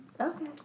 Okay